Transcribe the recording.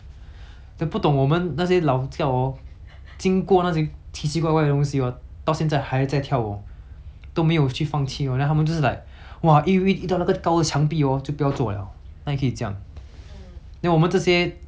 经过那些奇奇怪怪的东西 hor 到现在还在跳舞都没有去放弃 hor then 他们 just like !wah! 一遇遇到那个高的墙壁 hor 就不要做了哪里可以这样 then 我们这些破掉那个墙壁又靠近一个墙壁 hor